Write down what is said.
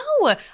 No